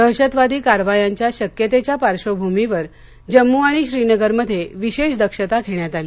दहशतवादी कारवायांच्या शक्यतेच्या पार्श्वभूमीवर जम्मू आणि श्रीनगरमध्ये विशेष दक्षता घेण्यात आली